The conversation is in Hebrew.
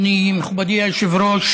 מכובדי היושב-ראש,